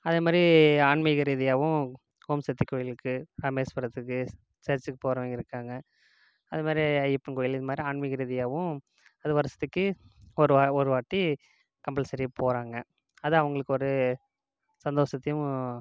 அதே மாதிரி ஆன்மீக ரீதியாகவும் ஓம்சக்தி கோயிலுக்கு இராமேஸ்வரத்துக்கு சர்ச்சுக்கு போகிறவங்க இருக்காங்க அதே மாதிரி ஐயப்பன் கோயில் இந்த மாதிரி ஆன்மீக ரீதியாகவும் அது வருஷத்துக்கு ஒரு வா ஒரு வாட்டி கம்பல்சரி போகிறாங்க அது அவர்களுக்கு ஒரு சந்தோஷத்தையும்